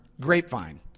grapevine